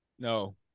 No